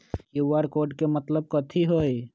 QR code के मतलब कथी होई?